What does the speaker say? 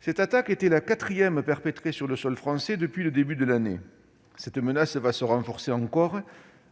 Cette attaque était la quatrième perpétrée sur le sol français depuis le début de l'année. Cette menace va se renforcer encore